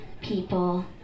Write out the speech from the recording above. people